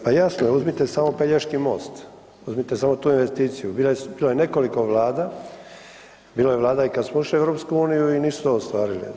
Pa jasno je, uzmite samo Pelješki most, uzmite samo tu investiciju, bilo je nekoliko vlada, bila je vlada i kad smo ušli u EU i nisu to ostvarili.